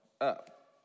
up